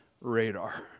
radar